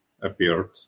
appeared